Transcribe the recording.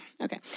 Okay